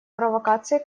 провокации